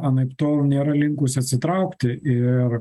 anaiptol nėra linkusi atsitraukti ir